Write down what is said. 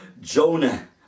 Jonah